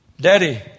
Daddy